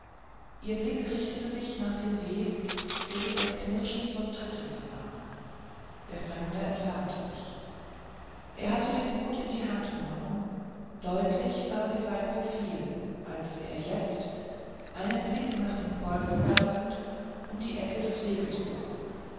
ihr blick richtete sich nach dem weg wo sie das knirschen von tritten vernahm der fremde entfernte sich er hatte den hut in die hand genommen deutlich sah sie sein profil als er jetzt einen blick nach den wolken werfend um die ecke des weges bog